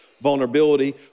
vulnerability